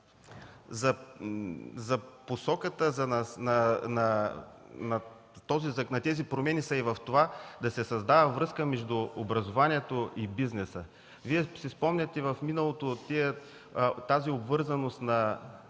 че посоката на тези промени е и в това да се създава връзка между образованието и бизнеса – ако си спомняте в миналото обвързаността